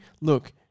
Look